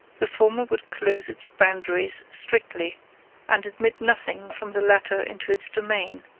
the former would close its boundaries strictly and admit nothing from the latter into its domain,